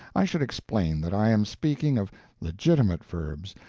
i should explain that i am speaking of legitimate verbs,